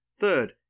Third